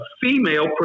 female